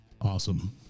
Awesome